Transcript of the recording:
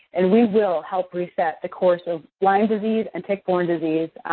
and we will help reset the course of lyme disease and tick-borne disease,